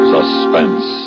Suspense